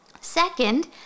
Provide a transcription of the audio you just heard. Second